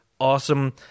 awesome